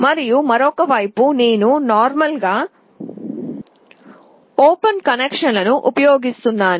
మరియు మరొక వైపు నేను సాధారణంగా ఓపెన్ కనెక్షన్ను ఉపయోగిస్తున్నాను